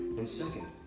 and, second,